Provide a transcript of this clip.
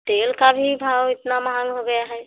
तेल का भी भाव इतना महँगा हो गया है